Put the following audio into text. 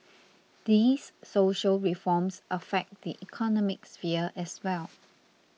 these social reforms affect the economic sphere as well